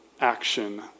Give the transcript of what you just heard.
action